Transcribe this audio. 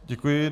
Děkuji.